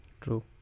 True